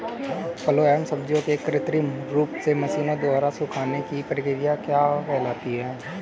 फलों एवं सब्जियों के कृत्रिम रूप से मशीनों द्वारा सुखाने की क्रिया क्या कहलाती है?